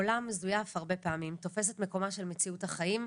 עולם מזויף הרבה פעמים תופס את מקומה של מציאות החיים,